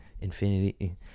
Infinity